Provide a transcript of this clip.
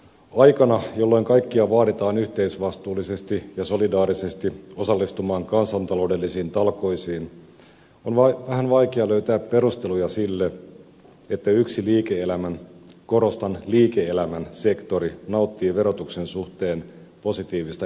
aikana jolloin kaikkia vaaditaan yhteisvastuullisesti ja solidaarisesti osallistumaan kansantaloudellisiin talkoisiin on vähän vaikea löytää perusteluja sille että yksi liike elämän korostan liike elämän sektori nauttii verotuksen suhteen positiivista erityiskohtelua